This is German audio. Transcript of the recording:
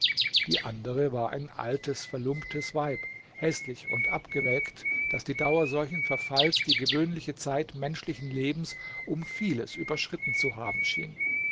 die andere war ein altes verlumptes weib häßlich und abgewelkt das die dauer solchen verfalls die gewöhnliche zeit menschlichen lebens um vieles überschritten zu haben schien